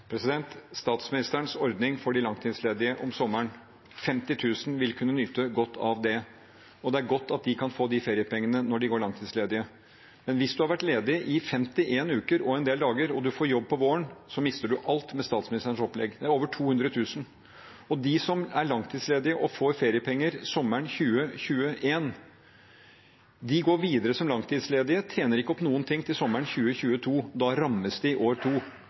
Statsministerens ordning for de langtidsledige om sommeren: 50 000 vil kunne nyte godt av den. Det er godt at de kan få de feriepengene når de går langtidsledige. Men hvis man har vært ledig i 51 uker og en del dager og man får jobb på våren, mister man alt med statsministerens opplegg. Det er over 200 000. Og de som er langtidsledige og får feriepenger sommeren 2021, og går videre som langtidsledige, tjener ikke opp noen ting til sommeren 2022. Da rammes de i år to.